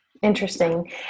Interesting